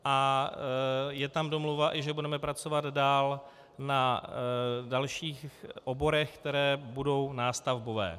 A je tam i domluva, že budeme pracovat dál na dalších oborech, které budou nástavbové.